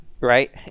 Right